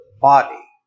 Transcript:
body